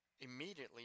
immediately